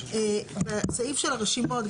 בסעיף של הרשימות,